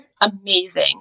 Amazing